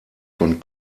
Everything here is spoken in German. von